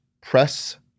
press